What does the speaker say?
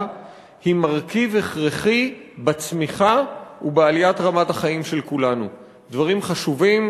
היא מרכיב הכרחי בצמיחה ובעליית רמת החיים של כולנו דברים חשובים,